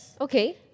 Okay